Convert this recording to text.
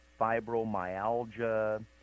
fibromyalgia